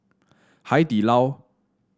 Hai Di Lao